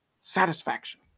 satisfaction